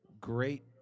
great